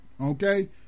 okay